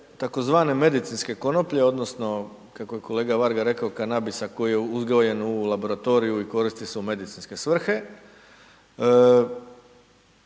tzv. medicinske konoplje odnosno kako je kolega Varga rekao kanabisa koji je uzgojen u laboratoriju i koristi se u medicinske svrhe,